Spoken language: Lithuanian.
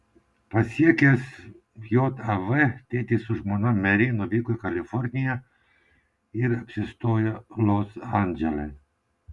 pasiekęs jav tėtis su žmona meri nuvyko į kaliforniją ir apsistojo los andžele